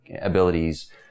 abilities